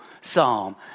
psalm